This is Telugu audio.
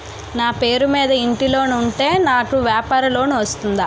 నా పేరు మీద ఇంటి లోన్ ఉంటే నాకు వ్యాపార లోన్ వస్తుందా?